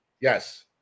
Yes